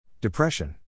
Depression